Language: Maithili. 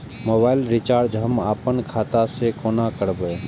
मोबाइल रिचार्ज हम आपन खाता से कोना करबै?